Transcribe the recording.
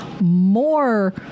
more